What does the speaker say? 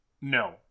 no